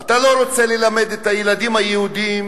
אתה לא רוצה ללמד את הילדים היהודים